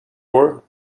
war